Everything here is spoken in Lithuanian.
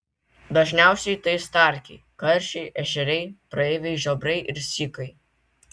dažniausiai tai starkiai karšiai ešeriai praeiviai žiobriai ir sykai